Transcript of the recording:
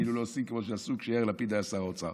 וכאילו לא עושים כמו שעשו כשיאיר לפיד היה שר האוצר?